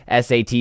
SAT